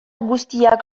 guztiak